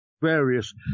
various